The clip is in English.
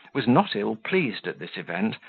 was not ill-pleased at this event,